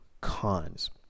cons